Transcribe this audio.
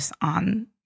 on